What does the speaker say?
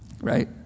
Right